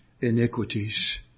iniquities